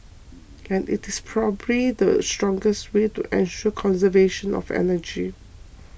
and it's probably the strongest way to ensure conservation of energy